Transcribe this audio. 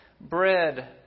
bread